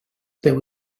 there